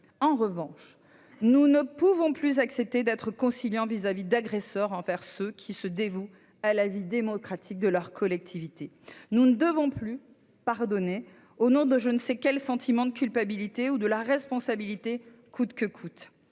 En revanche, nous ne pouvons plus accepter d'être conciliants à l'égard des agresseurs de ceux qui se dévouent à la vie démocratique de leur collectivité. Nous ne devons plus pardonner au nom de je ne sais quel sentiment de culpabilité ou de la responsabilité coûte que coûte.